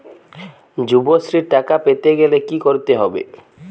যুবশ্রীর টাকা পেতে গেলে কি করতে হবে?